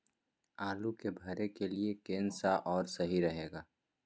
आलू के भरे के लिए केन सा और सही रहेगा?